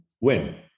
win